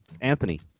Anthony